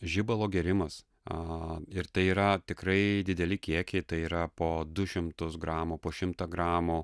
žibalo gėrimas a ir tai yra tikrai dideli kiekiai tai yra po du šimtus gramų po šimtą gramų